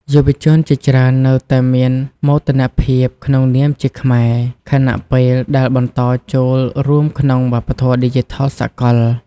យុវជនជាច្រើននៅតែមានមោទនភាពក្នុងនាមជាខ្មែរ ខណៈពេលដែលបន្តចូលរួមក្នុងវប្បធម៌ឌីជីថលសកល។